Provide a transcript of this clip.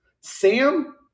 Sam